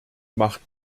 macht